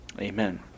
Amen